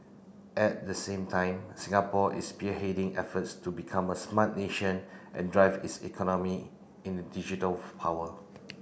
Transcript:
at the same time Singapore is spearheading efforts to become a smart nation and drive its economy in digital of power